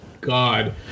God